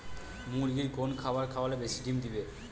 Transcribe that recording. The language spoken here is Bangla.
মুরগির কোন খাবার খাওয়ালে বেশি ডিম দেবে?